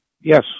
Yes